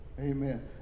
Amen